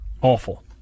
awful